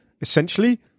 essentially